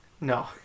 No